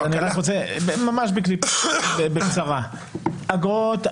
אתייחס ממש בקצרה: לגבי אגרות,